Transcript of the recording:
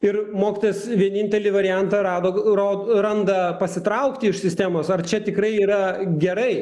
ir mokytojas vienintelį variantą rado ro randa pasitraukti iš sistemos ar čia tikrai yra gerai